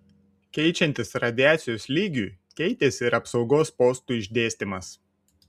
keičiantis radiacijos lygiui keitėsi ir apsaugos postų išdėstymas